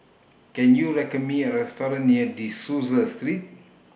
Can YOU Me A Restaurant near De Souza Street